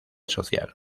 social